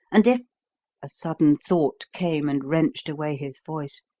and if a sudden thought came and wrenched away his voice.